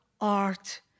art